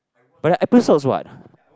but they are episodes what